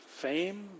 Fame